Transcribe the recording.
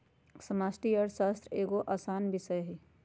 समष्टि अर्थशास्त्र एगो असान विषय हइ